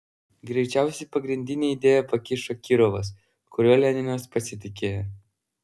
greičiausiai pagrindinę idėją pakišo kirovas kuriuo leninas pasitikėjo